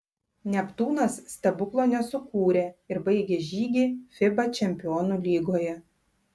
neptūnas stebuklo nesukūrė ir baigė žygį fiba čempionų lygoje